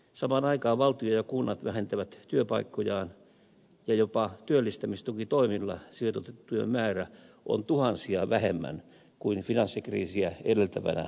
samaan aikaan valtio ja kunnat vähentävät työpaikkojaan ja jopa työllistämistukitoimilla sijoitettujen määrä on tuhansia vähemmän kuin finanssikriisiä edeltävänä aikana